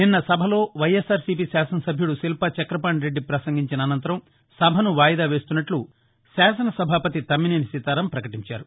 నిన్న సభలో వైఎస్ఆర్సిపి శాసనసభ్యుడు శిల్పా చక్రపాణిరెడ్డి పసంగించిన అనంతరం సభను వాయిదా వేస్తున్నట్ల శాసన సభాపతి తమ్మినేని సీతారాం ప్రకటించారు